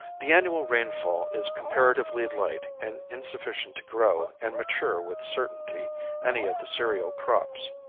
the annual rainfall is comparatively light and insufficient to grow and mature with certainty any of the cereal crops.